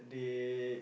they